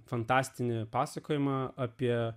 fantastinį pasakojimą apie